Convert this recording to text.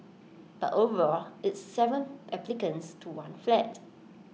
but overall it's Seven applicants to one flat